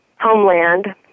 homeland